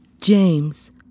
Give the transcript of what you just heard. James